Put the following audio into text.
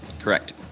Correct